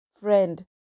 friend